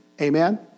Amen